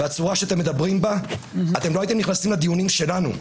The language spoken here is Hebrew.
והצורה שבה אתם מדברים אתם לא הייתם נכנסים לדיונים שלנו,